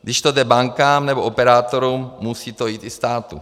Když to jde bankám nebo operátorům, musí to jít i státu.